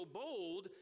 bold